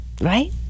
right